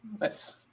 Nice